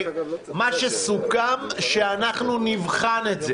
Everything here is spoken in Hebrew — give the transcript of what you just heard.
מה שסוכם, שאנחנו נבחן את זה.